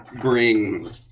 bring